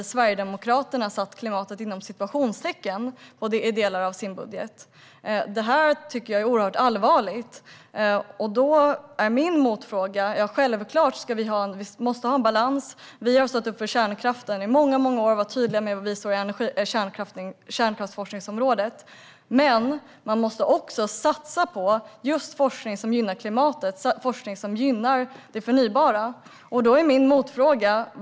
Sverigedemokraterna har till exempel satt citationstecken om klimatet i delar av sin budget. Det är oerhört allvarligt. Jag vill ställa en motfråga. Vi måste självklart ha balans. Vi har stått upp för kärnkraften i många år och har varit tydliga med var vi står vad gäller kärnkraftsforskningsområdet. Men man måste också satsa på forskning som gynnar klimatet, som gynnar det förnybara.